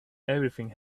everything